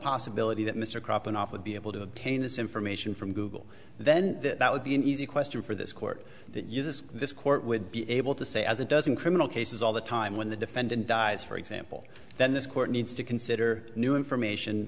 possibility that mr cropping off would be able to obtain this information from google then that would be an easy question for this court that you this this court would be able to say as a dozen criminal cases all the time when the defendant dies for example then this court needs to consider new information